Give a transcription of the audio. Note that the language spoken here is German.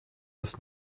das